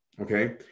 okay